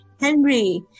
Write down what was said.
Henry